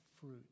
fruit